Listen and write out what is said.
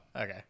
Okay